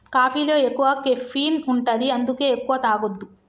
కాఫీలో ఎక్కువ కెఫీన్ ఉంటది అందుకే ఎక్కువ తాగొద్దు